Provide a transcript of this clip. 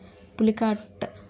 Pulicat